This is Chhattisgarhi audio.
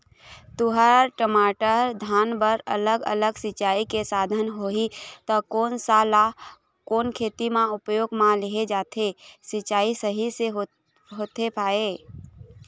तुंहर, टमाटर, धान बर अलग अलग सिचाई के साधन होही ता कोन सा ला कोन खेती मा उपयोग मा लेहे जाथे, सिचाई सही से होथे पाए?